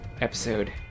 episode